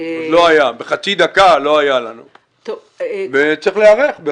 עוד לא היה לנו וצריך להיערך.